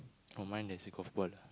oh mine there's a golf ball lah